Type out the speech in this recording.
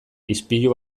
ispilu